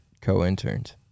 co-interns